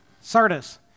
sardis